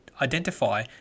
identify